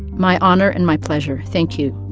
my honor and my pleasure. thank you